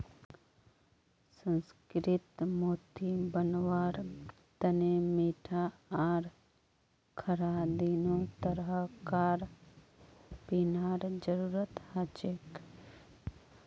सुसंस्कृत मोती बनव्वार तने मीठा आर खारा दोनों तरह कार पानीर जरुरत हछेक